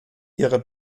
ihrer